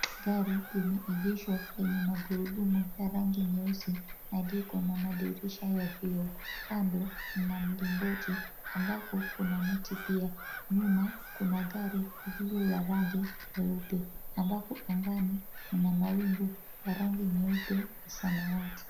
Gari limeegeshwa lenye magurudumu ya rangi nyeusi na liko na madirisha ya vioo. Kando mna mlingoti ambapo kuna miti pia. Nyuma kuna gari lililo la rangi nyeupe ambapo angani kuna mawingu ya rangi nyeupe na samawati.